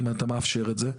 אם אתה מאפשר את זה,